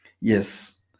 Yes